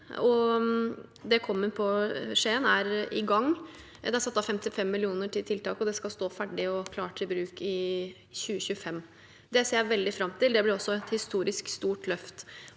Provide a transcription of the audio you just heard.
Det kommer i Skien fengsel og er i gang. Det er satt av 55 mill. kr til tiltaket, og det skal stå ferdig og klart til bruk i 2025. Det ser jeg veldig fram til, og det blir et historisk stort løft.